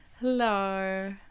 Hello